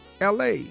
LA